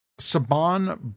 Saban